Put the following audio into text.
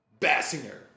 Bassinger